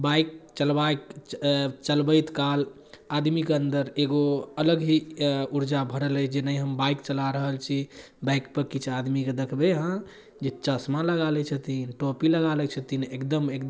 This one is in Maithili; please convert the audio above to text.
बाइक चलबाइ चलबैत काल आदमीके अन्दर एगो अलग ही उर्जा भरल अछि जे नहि हम बाइक चला रहल छी बाइकपर किछु आदमीके देखबै अहाँ जे चश्मा लगा लै छथिन टोपी लगा लै छथिन एगदम